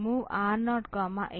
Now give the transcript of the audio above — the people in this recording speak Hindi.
MOV R0 A